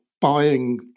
buying